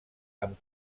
amb